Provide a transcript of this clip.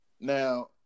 Now